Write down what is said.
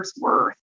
worth